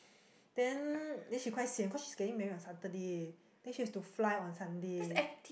then she's quite sian cause she's getting married on Saturday then she has to fly on Sunday